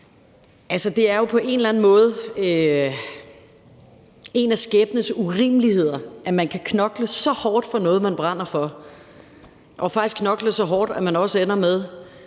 er vel på en eller anden måde en af skæbnens urimeligheder, at man kan knokle så hårdt for noget, man brænder for, og faktisk knokle så hårdt, at man også ender med